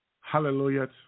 Hallelujah